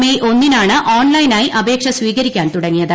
May ഒന്നിനാണ് ഓൺലൈനായി അപേക്ഷ സ്വീകരിക്കാൻ തുടങ്ങിയത്